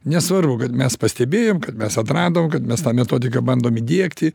nesvarbu kad mes pastebėjom kad mes atradom kad mes tą metodiką bandom įdiegti